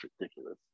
ridiculous